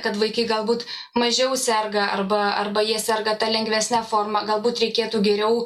kad vaikai galbūt mažiau serga arba arba jie serga ta lengvesne forma galbūt reikėtų geriau